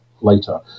later